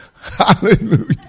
Hallelujah